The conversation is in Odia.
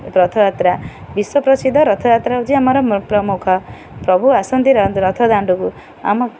ରଥଯାତ୍ରା ବିଶ୍ୱପ୍ରସିଦ୍ଧ ରଥଯାତ୍ରା ହେଉଛି ଆମର ପ୍ରମୁଖ ପ୍ରଭୁ ଆସନ୍ତି ରଥ ଦାଣ୍ଡକୁ ଆମ